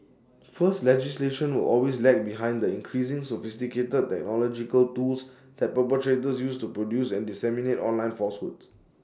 first legislation will always lag behind the increasingly sophisticated technological tools that perpetrators use to produce and disseminate online falsehoods